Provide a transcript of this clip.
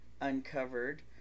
uncovered